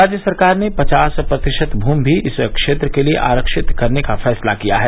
राज्य सरकार ने पचास प्रतिशत भूमि भी इस क्षेत्र के लिए आरक्षित करने का फैसला किया है